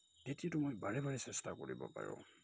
তেতিয়াটো মই বাৰে বাৰে চেষ্টা কৰিব পাৰোঁ